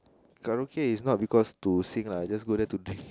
karaoke is not because to sing lah I just go there to drink